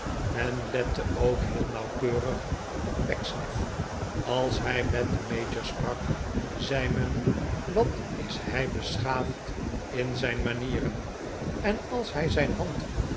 men lette ook heel nauwkeurig op pecksniff als hij met den mayor sprak zei men wat is hij beschaafd in zijn manieren en als hij zijn hand